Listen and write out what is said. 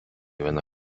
viena